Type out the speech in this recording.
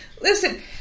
Listen